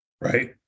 right